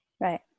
Right